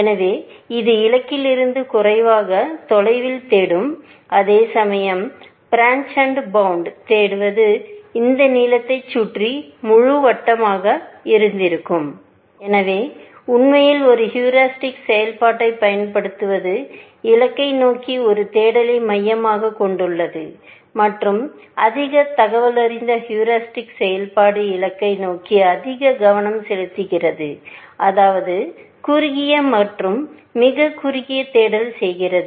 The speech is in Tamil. எனவே இது இலக்கிலிருந்து குறைவாக தொலைவில் தேடும் அதேசமயம் பிரான்ச் அண்டு பாண்டு தேடுவது அந்த நீளத்தை சுற்றி முழு வட்டமாக இருந்திருக்கும் எனவே உண்மையில் ஒரு ஹீரிஸ்டிக்செயல்பாட்டைப் பயன்படுத்துவது இலக்கை நோக்கி ஒரு தேடலை மையமாகக் கொண்டுள்ளது மற்றும் அதிக தகவலறிந்த ஹீரிஸ்டிக் செயல்பாடு இலக்கை நோக்கி அதிக கவனம் செலுத்துகிறது அதாவது குறுகிய மற்றும் மிக குறுகிய தேடல் செய்கிறது